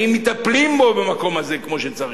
אבל האם מטפלים במקום הזה כמו שצריך?